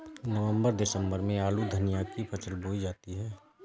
नवम्बर दिसम्बर में आलू धनिया की फसल बोई जाती है?